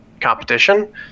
competition